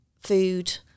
food